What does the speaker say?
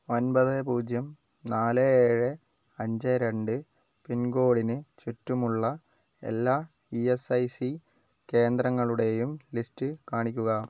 ഒമ്പത് പൂജ്യം നാല് ഏഴ് അഞ്ച് രണ്ട് പിൻ കോഡിന് ചുറ്റുമുള്ള എല്ലാ ഇ എസ് ഐ സി കേന്ദ്രങ്ങളുടെയും ലിസ്റ്റ് കാണിക്കുക